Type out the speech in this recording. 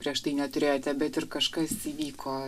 prieš tai neturėjote bet ir kažkas įvyko